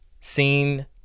seen